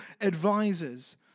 advisors